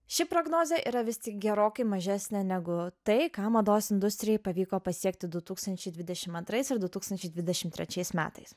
ši prognozė yra vis tik gerokai mažesnė negu tai ką mados industrijai pavyko pasiekti du tūkstančiai dvidešim antrais ir du tūkstančiai dvidešim ketvirtais metais